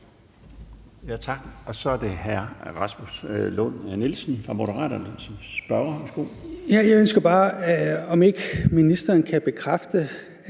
Jeg ønsker bare at høre, om ikke ministeren kan bekræfte,